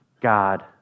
God